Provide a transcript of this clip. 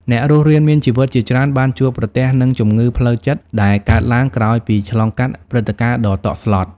អ្នករស់រានមានជីវិតជាច្រើនបានជួបប្រទះនឹងជំងឺ ផ្លូវចិត្តដែលកើតឡើងក្រោយពីឆ្លងកាត់ព្រឹត្តិការណ៍ដ៏តក់ស្លុត។